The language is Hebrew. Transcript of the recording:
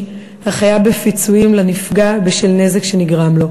החייב בפיצויים לנפגע בשל נזק שנגרם לו,